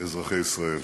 אזרחי ישראל,